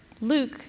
Luke